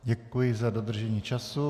Děkuji za dodržení času.